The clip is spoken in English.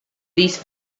these